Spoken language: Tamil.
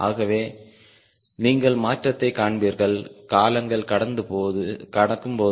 ஆகவே நீங்கள் மாற்றத்தை காண்பீர்கள் காலங்கள் கடக்கும் போது